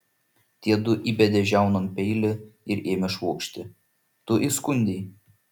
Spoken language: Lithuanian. tiedu įbedė žiaunon peilį ir ėmė švokšti tu įskundei